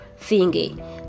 thingy